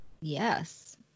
Yes